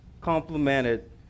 complemented